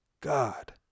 God